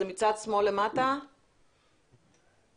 תודה רבה.